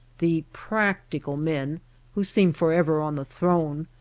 the practical men who seem forever on the throne,